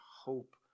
hope